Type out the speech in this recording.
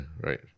right